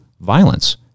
violence